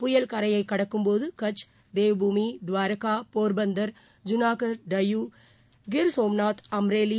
புயல் கரையைகடக்கும்போதுகட்ச் தேவ்பூமி துவாரகா போர்பந்தர் ஜுனாகர் டையூ கிர்சோம்நாத் அம்ரேலி